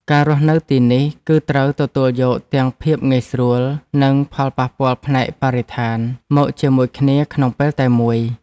ការរស់នៅទីនេះគឺត្រូវទទួលយកទាំងភាពងាយស្រួលនិងផលប៉ះពាល់ផ្នែកបរិស្ថានមកជាមួយគ្នាក្នុងពេលតែមួយ។